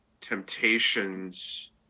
temptations